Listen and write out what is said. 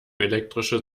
elektrische